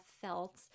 felt